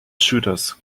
shooters